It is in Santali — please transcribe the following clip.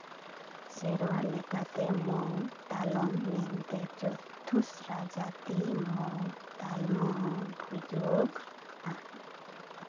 ᱥᱮᱨᱣᱟ ᱞᱮᱠᱟᱛᱮ ᱢᱳ ᱛᱟᱞᱚᱢ ᱢᱮᱱᱛᱮ ᱪᱚᱛᱷᱩᱥᱨᱟ ᱡᱟᱹᱛᱤ ᱢᱳ ᱛᱟᱞᱢᱟ ᱦᱚᱸ ᱵᱷᱩᱡᱟᱹᱣᱟᱹᱜᱼᱟ